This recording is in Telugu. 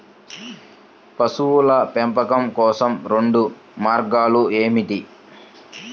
పశువుల పెంపకం కోసం రెండు మార్గాలు ఏమిటీ?